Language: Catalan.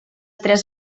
tres